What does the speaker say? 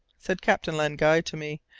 said captain len guy to me,